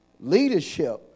leadership